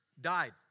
died